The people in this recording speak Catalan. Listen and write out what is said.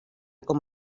com